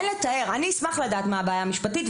אני אשמח לדעת מה הבעיה המשפטית.